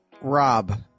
Rob